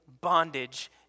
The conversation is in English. bondage